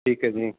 ਠੀਕ ਹੈ ਜੀ